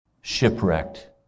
Shipwrecked